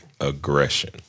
aggression